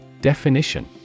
Definition